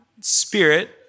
spirit